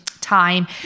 time